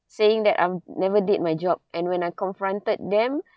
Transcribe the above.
saying that I'm never did my job and when I confronted them